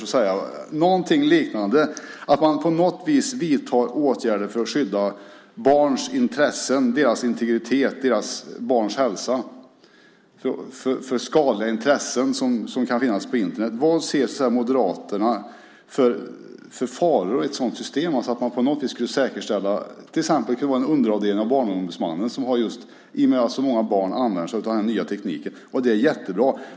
Men på något vis måste man vidta åtgärder för att skydda barns intressen, integritet och hälsa från det skadliga material som kan finnas på Internet. Vad ser Moderaterna för faror i ett sådant system? Det kunde till exempel vara en underavdelning av Barnombudsmannen i och med att så många barn använder sig av den nya tekniken, vilket är jättebra.